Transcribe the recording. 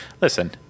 Listen